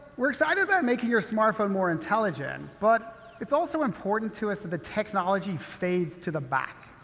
we're excited about making your smartphone more intelligent, but it's also important to us that the technology fades to the back.